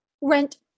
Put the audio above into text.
rent